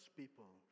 people